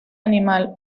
animal